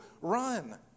run